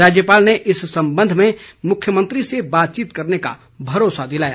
राज्यपाल ने इस संबंध में मुख्यमंत्री से बातचीत करने का भरोसा दिलाया